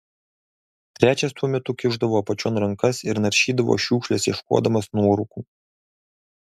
trečias tuo metu kišdavo apačion rankas ir naršydavo šiukšles ieškodamas nuorūkų